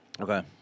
Okay